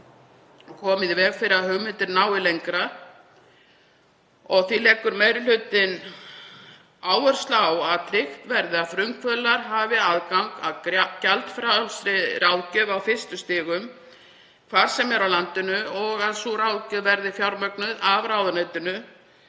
komið í veg fyrir að hugmyndir nái lengra. Meiri hlutinn leggur því áherslu á að tryggt verði að frumkvöðlar hafi aðgang að gjaldfrjálsri ráðgjöf á fyrstu stigum hvar sem er á landinu og að sú ráðgjöf verði fjármögnuð af ráðuneytinu